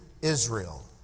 Israel